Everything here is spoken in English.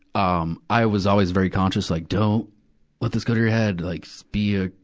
um i was always very conscious, like, don't let this go to your head. like so be a,